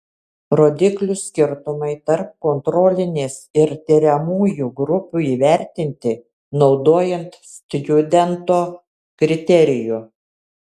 rodiklių skirtumai tarp kontrolinės ir tiriamųjų grupių įvertinti naudojant stjudento kriterijų